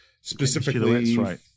specifically